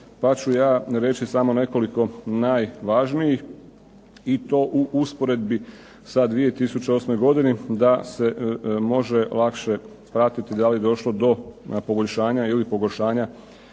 pa ću ja reći samo nekoliko najvažnijih i to u usporedbi sa 2008. godini da se može lakše pratiti da li je došlo do poboljšanja ili pogoršanja